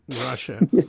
Russia